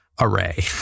Array